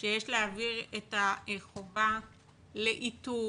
שיש להעביר את החובה לאיתור,